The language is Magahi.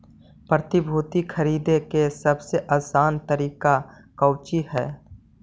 प्रतिभूति खरीदे के सबसे आसान तरीका कउची हइ